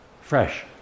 fresh